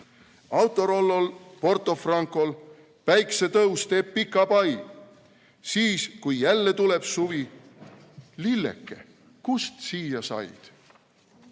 Autorollol, Porto Francol päiksetõus teeb pika pai. Siis, kui jälle tuleb suvi: lilleke, kust siia said?"